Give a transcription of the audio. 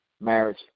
marriage